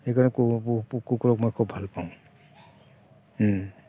সেইকাৰণে কুকুৰক মই খুব ভাল পাওঁ